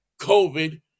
COVID